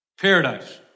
Paradise